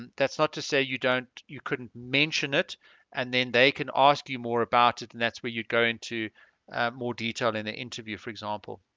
and that's not to say you don't you couldn't mention it and then they can ask you more about it and that's where you go into more detail in the interview for example